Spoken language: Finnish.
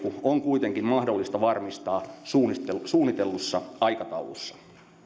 on kuitenkin mahdollista varmistaa suunnitellussa aikataulussa